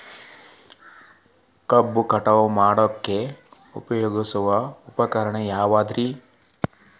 ಕಬ್ಬು ಕಟಾವು ಮಾಡಾಕ ಉಪಯೋಗಿಸುವ ಉಪಕರಣ ಯಾವುದರೇ?